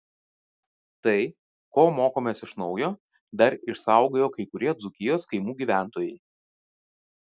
tai ko mokomės iš naujo dar išsaugojo kai kurie dzūkijos kaimų gyventojai